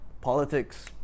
politics